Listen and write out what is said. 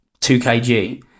2KG